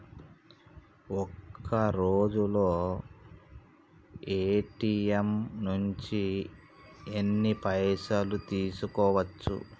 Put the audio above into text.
ఒక్కరోజులో ఏ.టి.ఎమ్ నుంచి ఎన్ని పైసలు తీసుకోవచ్చు?